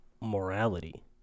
morality